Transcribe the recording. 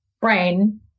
brain